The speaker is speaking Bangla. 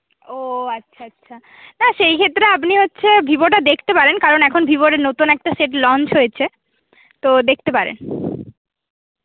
ও আচ্ছা আচ্ছা হ্যাঁ সেই ক্ষেত্রে আপনি হচ্ছে ভিভোটা দেখতে পারেন কারণ এখন ভিভোর নতুন একটা সেট লঞ্চ হয়েছে তো দেখতে পারেন